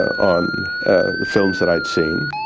on the films that i'd seen.